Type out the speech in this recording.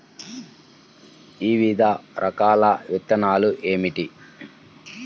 వివిధ రకాల విత్తనాలు ఏమిటి?